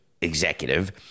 executive